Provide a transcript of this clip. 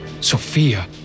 Sophia